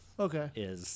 Okay